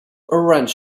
orange